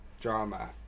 drama